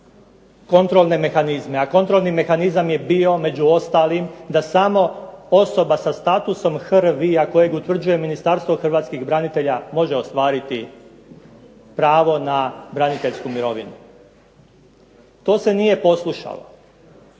kontrolni mehanizam je bio među ostalim da samo osoba sa statusom HRVI kojeg utvrđuje Ministarstvo hrvatskih branitelja može ostvariti pravo na braniteljsku mirovinu. To se nije poslušalo.